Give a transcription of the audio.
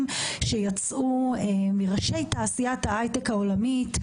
שיצאו מראשי תעשיית ההייטק העולמית,